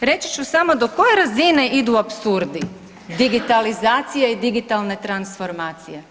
reći ću samo do koje razine idu apsurdi digitalizacija i digitalne transformacije.